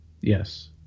yes